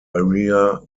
area